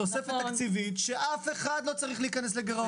תוספת תקציבית שאף אחד לא צריך להיכנס לגירעון.